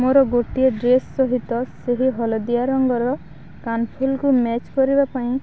ମୋର ଗୋଟିଏ ଡ୍ରେସ୍ ସହିତ ସେହି ହଳଦିଆ ରଙ୍ଗର କାନ୍ଫୁଲ୍କୁ ମେଚ୍ କରିବା ପାଇଁ